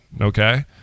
Okay